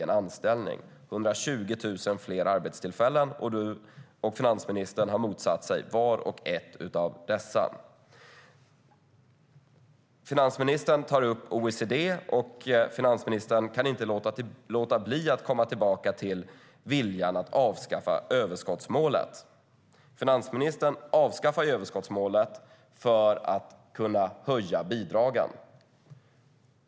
Det har lett till 120 000 fler arbetstillfällen, och finansministern har motsatt sig vart och ett av dessa. Finansministern tar upp OECD och kan inte låta bli att komma tillbaka till viljan att avskaffa överskottsmålet. Finansministern avskaffar ju överskottsmålet för att kunna höja bidragen.